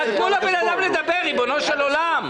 תנו לבן אדם לדבר, ריבונו של עולם.